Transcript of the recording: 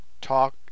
talk